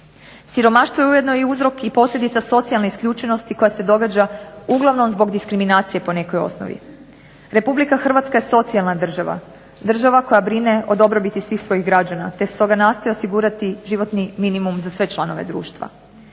Siromaštvo je ujedno i uzrok i posljedica socijalne isključenosti koja se događa uglavnom zbog diskriminacije po nekoj osnovi. Republika Hrvatska je socijalna država, država koja brine o dobrobiti svih svojih građana te se stoga nastoji osigurati životni minimum za sve članove društva.